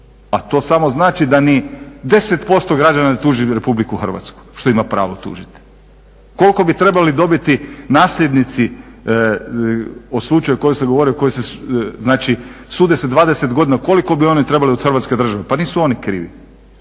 a to samo znači da ni 10% građana ne tuži Republiku Hrvatsku što ima pravo tužiti. Koliko bi trebali dobiti nasljednici o slučaju o kojem sa govorio, znači sude se 20 godina, koliko bi oni trebali od Hrvatske države, pa nisu oni krivi,